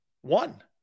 one